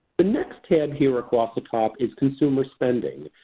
the next tab here across the top is consumer spending.